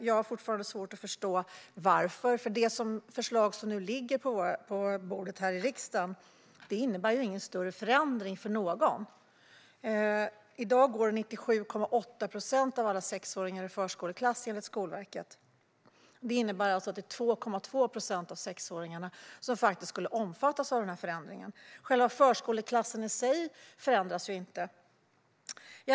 Jag har fortfarande svårt att förstå varför, för det förslag som nu ligger på riksdagen bord innebär ingen större förändring för någon. I dag går 97,8 procent av alla sexåringar i förskoleklass, enligt Skolverket. Det innebär att det är 2,2 procent av sexåringarna som skulle omfattas av denna förändring. Själva förskoleklassen i sig förändras inte.